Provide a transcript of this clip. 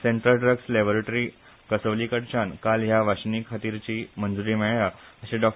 central drugs laboratory कसौलीकडच्यान काल ह्या वाशिनाखातीरची मंजुरी मेळ्ळ्या अशे डॉ